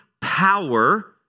power